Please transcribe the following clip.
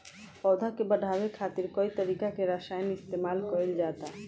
पौधा के बढ़ावे खातिर कई तरीका के रसायन इस्तमाल कइल जाता